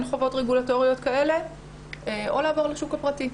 חובות רגולטוריות כאלה או לעבור לשוק הפרטי,